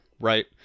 Right